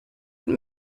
und